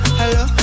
hello